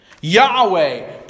Yahweh